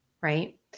right